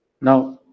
now